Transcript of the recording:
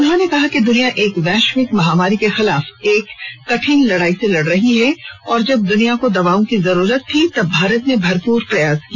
उन्होंने कहा कि दुनिया एक वैश्विक महामारी के खिलाफ एक कठिन लड़ाई लड़ रही है और जब दुनिया को दवाओं की जरूरत थी तब भारत ने भरपूर प्रयास किया